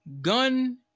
gun